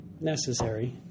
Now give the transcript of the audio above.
necessary